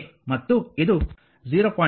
ಮತ್ತು ಇದು 0